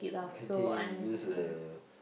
I think use the